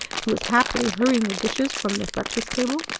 who was happily hurrying the dishes from the breakfast table.